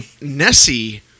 Nessie